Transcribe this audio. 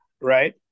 right